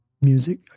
music